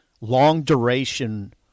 long-duration